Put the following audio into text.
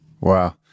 Wow